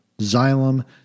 Xylem